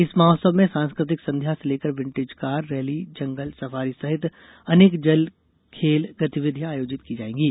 इस महोत्सव में सांस्कृतिक संध्या से लेकर विंटेज कार रैली जंगल सफारी सहित अनेक जल खेल गतिविधियां आयोजित की जाएंगी